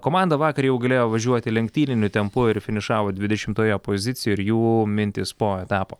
komanda vakar jau galėjo važiuoti lenktyniniu tempu ir finišavo dvidešimtoje pozicijoje ir jų mintys po etapo